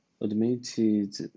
admitted